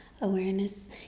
awareness